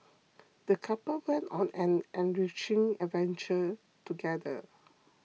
the couple went on an enriching adventure together